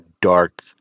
dark